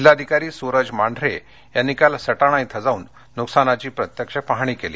जिल्हाधिकारी सुरज मांढरे यांनी काल सटाणा इथं जाऊन नुकसानीची प्रत्यक्ष पहाणी केली